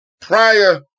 prior